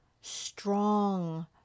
strong